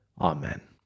Amen